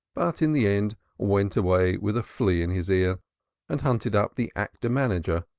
but in the end went away with a flea in his ear and hunted up the actor-manager,